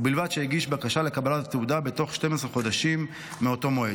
ובלבד שהגיש בקשה לקבלת התעודה בתוך 12 חודשים מאותו מועד,